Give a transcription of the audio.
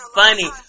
funny